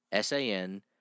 san